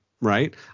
right